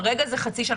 כרגע זה חצי שנה.